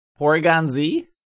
Porygon-Z